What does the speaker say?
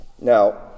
Now